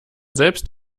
selbst